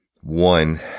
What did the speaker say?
One